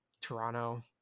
toronto